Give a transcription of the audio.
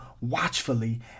watchfully